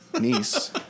Niece